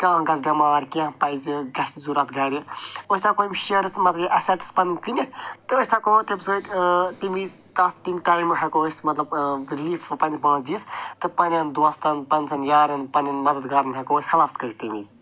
کانٛہہ گژھِ بٮ۪مار کیٚنٛہہ پَزِ گژھِ ضوٚرتھ گرِ أسۍ دَپو یِم شیرٕز تہٕ مَکلے اٮ۪سٮ۪ٹٕس پنٕنۍ کٕنِتھ تہٕ أسۍ ہٮ۪کو تَمہِ سۭتۍ تَمہِ وِزِ تَتھ تَمہِ ٹایمہٕ ہٮ۪کو أسۍ مطلب رِلیٖفہٕ پنٛنِس پانَس دِتھ تہٕ پنٛنٮ۪ن دوستن پنٛزٮ۪ن یارن پنٛنٮ۪ن مدتھ گارن ہٮ۪کو أسۍ ہٮ۪لَپ کٔرِتھ تَمہِ وِزِ